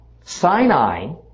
Sinai